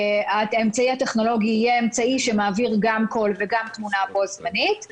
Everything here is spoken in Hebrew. האמצעי הטכנולוגי יהיה אמצעי שמעביר גם קול וגם תמונה בו זמנית.